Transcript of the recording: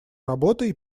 работой